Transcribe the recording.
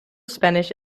spanish